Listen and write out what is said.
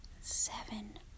seven